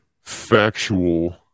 factual